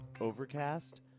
overcast